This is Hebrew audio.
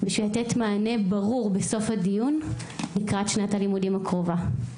בשביל לתת מענה ברור בסוף הדיון לקראת שנת הלימודים הקרובה.